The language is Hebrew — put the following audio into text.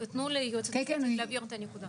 הקשבתי לדיונים גם כשלא הייתי פה.